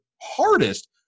hardest